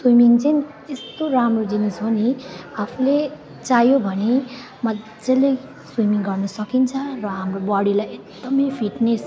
swimming चाहिँ यस्तो राम्रो जिनिस हो नि आफूले चाह्यो भने मजाले स्विमिङ गर्नु सकिन्छ र हाम्रो बडीलाई एकदमै फिट्नेस